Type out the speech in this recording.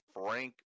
Frank